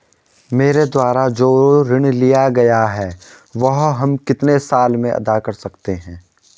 मेरे द्वारा जो ऋण लिया गया है वह हम कितने साल में अदा कर सकते हैं?